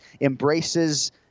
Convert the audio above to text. embraces